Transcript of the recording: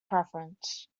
preference